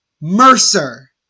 Mercer